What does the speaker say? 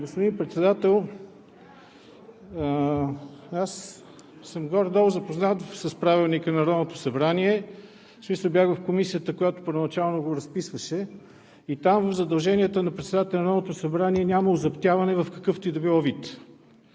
господин Председател, аз съм горе-долу запознат с Правилника на Народното събрание, в смисъл бях в Комисията, която първоначално го разписваше. Там в задълженията на председателя на Народното събрание няма озаптяване в какъвто и да било вид.